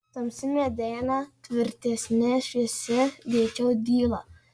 tamsi mediena tvirtesnė šviesi greičiau dyla